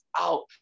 out